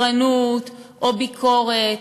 קנטרנות או ביקורת,